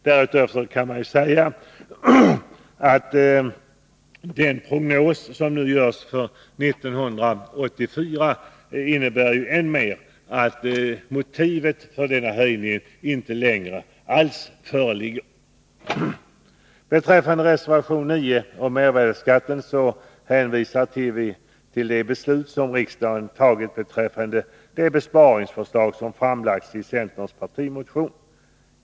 Därutöver kan man säga att den prognos som nu görs för 1984 innebär än mer att motivet för denna höjning inte längre föreligger. Beträffande reservation 9 om mervärdeskatten hänvisar vi till det beslut som riksdagen fattas om de besparingsförslag som framlagts i centerns partimotion.